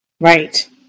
Right